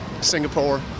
Singapore